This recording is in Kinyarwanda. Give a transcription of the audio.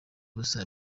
ubusa